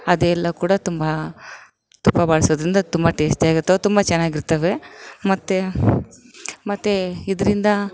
ಅದೆಲ್ಲ ಕೂಡ ತುಂಬ ತುಪ್ಪ ಬಳಸೋದ್ರಿಂದ ತುಂಬ ಟೇಸ್ಟಿ ಆಗಿರ್ತಾವೆ ತುಂಬ ಚೆನ್ನಾಗಿರ್ತವೆ ಮತ್ತು ಮತ್ತು ಇದರಿಂದ